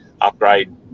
upgrade